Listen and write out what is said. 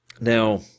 Now